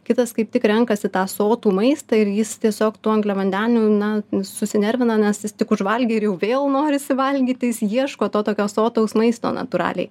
kitas kaip tik renkasi tą sotų maistą ir jis tiesiog tų angliavandenių na susinervina nes jis tik užvalgė ir jau vėl norisi valgyti jis ieško tokio sotaus maisto natūraliai